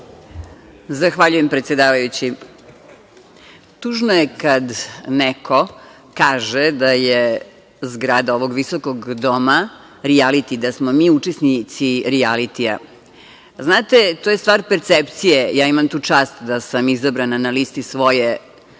Zahvaljujem, predsedavajući. Tužno je kada neko kaže da je zgrada ovog visokog doma rijaliti i da smo mi učesnici rijalitija. Znate, to je stvar percepcije. Ja imam tu čast da sam izabrana na listi svoje